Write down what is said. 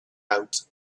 out